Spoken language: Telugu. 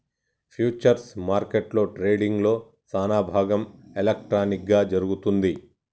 ఫ్యూచర్స్ మార్కెట్లో ట్రేడింగ్లో సానాభాగం ఎలక్ట్రానిక్ గా జరుగుతుంది